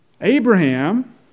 Abraham